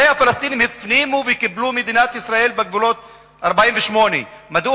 הרי הפלסטינים הפנימו וקיבלו את מדינת ישראל בגבולות 48'. מדוע